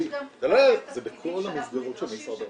יש גם הרבה תפקידים שאנחנו נדרשים שבכלל